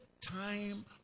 time